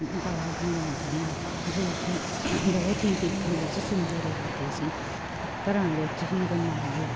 ਬਾਗ ਬਣਾਉਂਦੀਆਂ ਜੋ ਕਿ ਬਹੁਤ ਹੀ ਦੇਖਣ ਵਿੱਚ ਸੁੰਦਰ ਲੱਗਦੇ ਸੀ ਘਰਾਂ ਵਿੱਚ ਹੀ ਰੁਮਾਲ